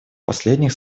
последних